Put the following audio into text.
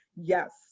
Yes